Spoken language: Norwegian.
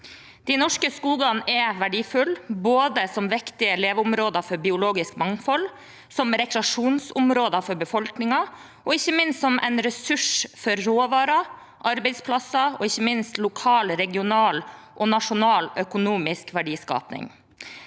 De norske skogene er verdifulle både som viktige leveområder for biologisk mangfold, som rekreasjonsområder for befolkningen og ikke minst som en ressurs for råvarer, arbeidsplasser og lokal, regional og nasjonal økonomisk verdiskaping.